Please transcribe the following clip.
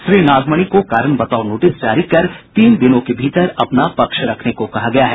श्री नागमणि को कारण बताओ नोटिस जारी कर तीन दिनों के भीतर अपना पक्ष रखने को कहा गया है